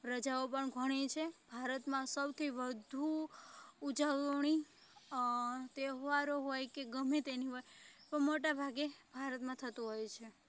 રજાઓ પણ ઘણી છે ભારતમાં સૌથી વધુ ઉજવણી તહેવારો હોય કે ગમે તેની હોય પણ મોટા ભાગે ભારતમાં થતું હોય છે